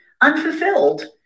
unfulfilled